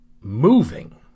moving